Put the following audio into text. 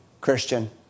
Christian